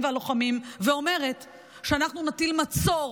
והלוחמים ואומרת שאנחנו נטיל מצור